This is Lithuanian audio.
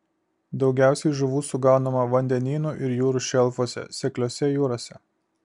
daugiausiai žuvų sugaunama vandenynų ir jūrų šelfuose sekliose jūrose